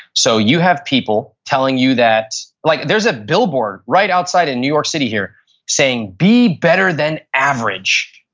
so you have people telling you that, like there's a billboard right outside in new york city here saying be better than average.